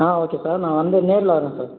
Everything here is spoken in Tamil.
ஆ ஓகே சார் நான் வந்து நேரில் வர்றேன் சார்